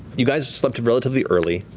you guys slept relatively early,